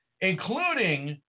including